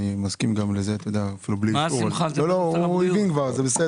עומר הבין.